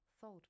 thought